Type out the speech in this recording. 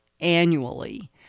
annually